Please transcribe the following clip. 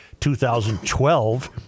2012